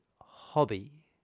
hobby